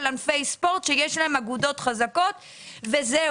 ענפי ספורט שיש להם אגודות חזקות וזהו.